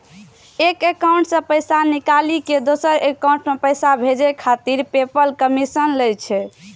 एक एकाउंट सं पैसा निकालि कें दोसर एकाउंट मे पैसा भेजै खातिर पेपल कमीशन लै छै